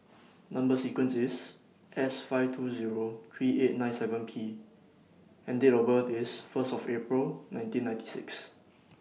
Number sequence IS S five two Zero three eight nine seven P and Date of birth IS First of April nineteen ninety six